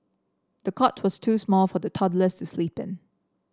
the cot was too small for the toddler